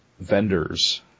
vendors